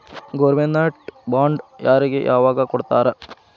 Government bond ಯಾರಿಗೆ ಯಾವಗ್ ಕೊಡ್ತಾರ?